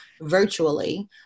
virtually